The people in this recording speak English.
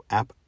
app